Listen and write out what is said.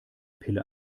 pille